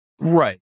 right